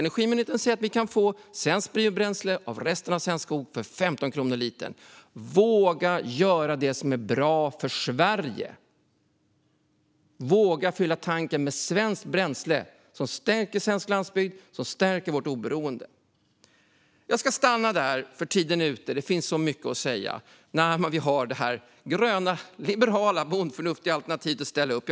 Energimyndigheten säger att vi kan få svenskt biobränsle av resterna av svensk skog för 15 kronor litern. Våga göra det som är bra för Sverige! Våga fylla tanken med svenskt bränsle som stärker svensk landsbygd och som stärker vårt oberoende! Jag ska stanna där, för tiden är ute, men det finns så mycket att säga om det gröna, liberala, bondförnuftiga alternativ som vi har ställt upp.